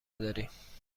داریم